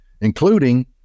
including